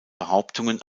behauptungen